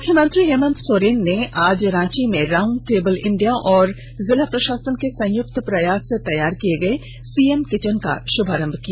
मुख्यमंत्री हेमन्त सोरेन ने आज रांची में राउंड टेबल इंडिया और जिला प्रशासन के संयुक्त प्रयास से तैयार किए गए सीएम किचन का शुभारंभ किया